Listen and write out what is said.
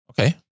okay